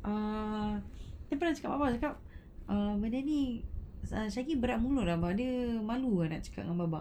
err lepas aku nak cakap apa cakap err benda ni shakin berat mulut ah sebab dia malu ah nak cakap dengan bapa